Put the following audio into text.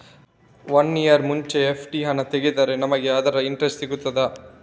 One year ಮುಂಚೆ FD ಹಣ ತೆಗೆದ್ರೆ ನಮಗೆ ಅದರ ಇಂಟ್ರೆಸ್ಟ್ ಸಿಗ್ತದ?